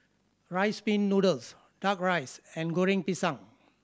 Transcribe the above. Rice Pin Noodles Duck Rice and Goreng Pisang